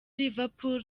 liverpool